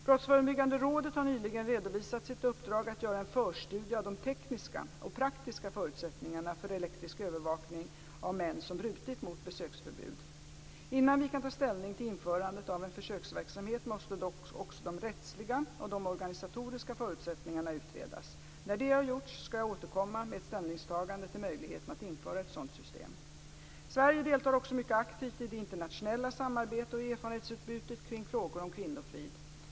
Brottsförebyggande rådet har nyligen redovisat sitt uppdrag att göra en förstudie av de tekniska och praktiska förutsättningarna för elektronisk övervakning av män som brutit mot besöksförbud. Innan vi kan ta ställning till införandet av en försöksverksamhet måste dock också de rättsliga och de organisatoriska förutsättningarna utredas. När det har gjorts skall jag återkomma med ett ställningstagande till möjligheten att införa ett sådant system. Sverige deltar också mycket aktivt i det internationella samarbetet och erfarenhetsutbytet kring frågor om kvinnofrid.